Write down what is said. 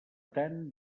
tant